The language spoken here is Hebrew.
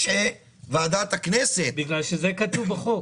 שוועדת הכנסת --- בגלל שזה כתוב בחוק.